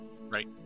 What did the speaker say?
Right